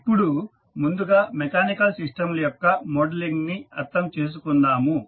ఇప్పుడు ముందుగా మెకానికల్ సిస్టంల యొక్క మోడలింగ్ ని అర్థం చేసుకుందాము